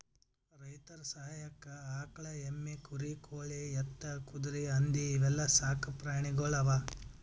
ರೈತರ್ ಸಹಾಯಕ್ಕ್ ಆಕಳ್, ಎಮ್ಮಿ, ಕುರಿ, ಕೋಳಿ, ಎತ್ತ್, ಕುದರಿ, ಹಂದಿ ಇವೆಲ್ಲಾ ಸಾಕ್ ಪ್ರಾಣಿಗೊಳ್ ಅವಾ